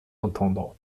entendre